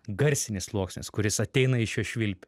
garsinis sluoksnis kuris ateina iš šio švilp